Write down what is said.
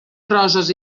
roses